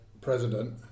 President